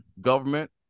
government